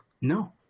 no